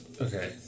Okay